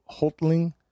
Holtling